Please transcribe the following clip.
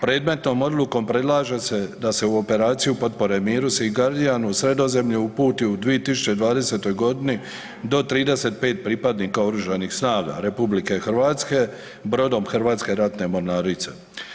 Predmetnom odlukom predlaže se da se u operaciju potpore miru „Sea Guardian“ u Sredozemlju uputi u 2020. godini do 35 pripadnika Oružanih snaga RH brodom Hrvatske ratne mornarice.